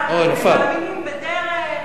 הם מאמינים בדרך.